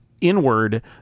inward